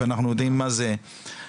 ואנחנו יודעים מה זה סטודנט,